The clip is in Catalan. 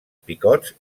picots